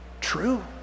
true